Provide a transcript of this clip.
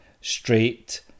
straight